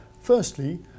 Firstly